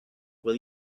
will